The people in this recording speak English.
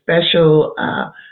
special